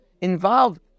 involved